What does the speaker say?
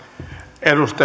arvoisa